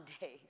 days